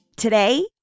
today